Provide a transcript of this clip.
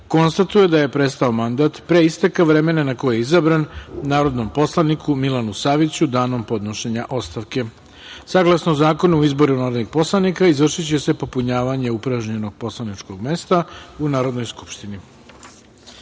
konstatuje da je prestao mandat pre isteka vremena na koje je izabran narodnom poslaniku Milanu Saviću, danom podnošenja ostavke. Saglasno Zakonu o izboru narodnih poslanika, izvršiće se popunjavanje upražnjenog poslaničkog mesta u Narodnoj